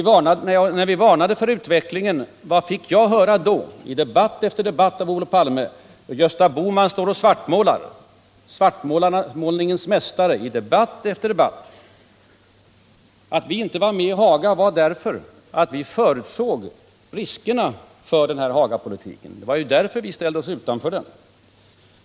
När vi varnade för utvecklingen, vad fick jag höra då, i debatt efter debatt från Olof Palme? Jo, Gösta Bohman svartmålar, han är svartmålningens mästare. Anledningen till att vi inte var med i Hagauppgörelserna var att vi förutsåg riskerna med Hagapolitiken. Det var därför vi ställde oss utanför.